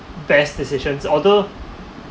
best decisions although